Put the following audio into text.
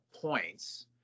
points